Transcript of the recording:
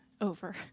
over